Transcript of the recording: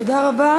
תודה רבה.